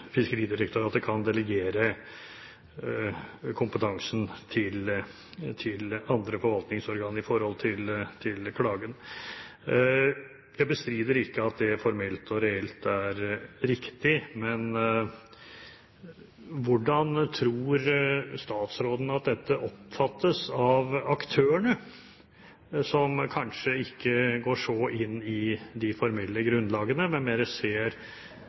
Fiskeridirektoratet kan delegere kompetansen til andre forvaltningsorganer i forhold til klagen. Jeg bestrider ikke at det formelt og reelt er riktig. Men hvordan tror statsråden at dette oppfattes av aktørene, som kanskje ikke går så inn i de formelle grunnlagene, men mer ser